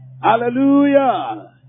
Hallelujah